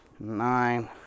Nine